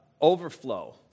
overflow